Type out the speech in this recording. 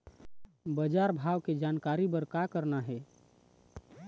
बजार भाव के जानकारी बर का करना हे?